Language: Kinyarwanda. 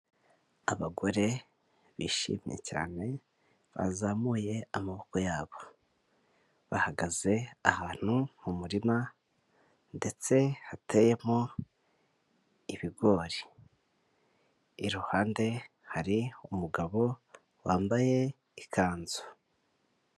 Abagore bishimye cyane bazamuye amaboko yabo, bahagaze ahantu mu murima ndetse hateyemo ibigori, iruhande hari umugabo wambaye ikanzu.